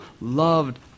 loved